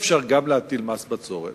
אי-אפשר גם להטיל מס בצורת,